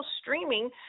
streaming